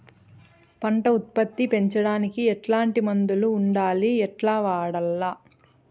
పంట ఉత్పత్తి పెంచడానికి ఎట్లాంటి మందులు ఉండాయి ఎట్లా వాడల్ల?